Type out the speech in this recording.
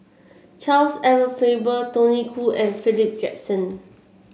Charles Edward Faber Tony Khoo and Philip Jackson